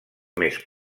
més